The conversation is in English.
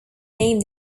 name